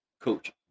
Coach